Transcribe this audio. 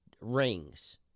rings